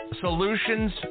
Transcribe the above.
solutions